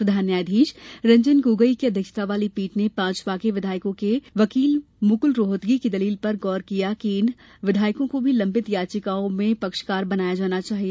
प्रधान न्यायाधीश रंजन गोगोई की अध्यक्षता वाली पीठ ने पांच बागी विधायकों के वकील मुकुल रोहतगी की दलील पर गौर किया कि इन विधायकों को भी लम्बित याचिकाओं में पक्षकार बनाया जाना चाहिए